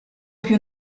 più